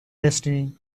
destiny